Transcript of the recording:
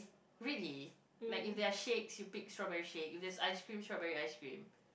really like if they are shakes you pick strawberry shake if there's ice cream strawberry ice cream